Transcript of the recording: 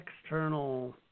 external